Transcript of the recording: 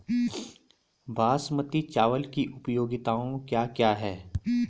बासमती चावल की उपयोगिताओं क्या क्या हैं?